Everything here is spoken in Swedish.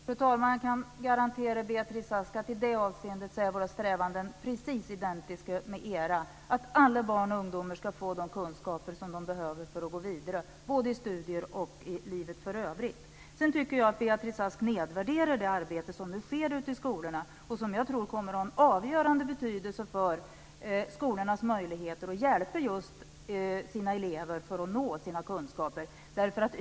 Fru talman! Jag kan garantera Beatrice Ask att i det avseendet är våra strävanden precis identiska med era. Alla barn och ungdomar ska få de kunskaper de behöver för att gå vidare både i studierna och i livet för övrigt. Sedan tycker jag att Beatrice Ask nedvärderar det arbete som nu sker ute i skolorna och som jag tror kommer att ha en avgörande betydelse för skolornas möjligheter att hjälpa sina elever att nå dessa kunskaper.